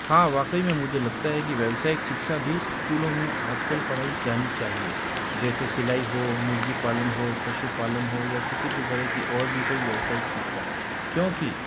हाँ वाकई में मुझे लगता है कि व्यावसायिक शिक्षा भी स्कूलों में आजकल पढ़ाई जानी चाहिए जैसे सिलाई हो मुर्गी पालन पशुपालन हो या किसी भी तरह की और भी कोई व्यावसायिक शिक्षा क्योंकि